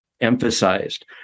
emphasized